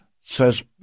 says